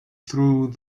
through